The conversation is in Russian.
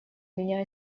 меня